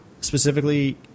specifically